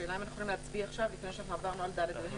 השאלה אם אנחנו יכולים להצביע עכשיו לפני שעברנו על ד ו-ה.